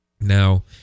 Now